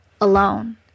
alone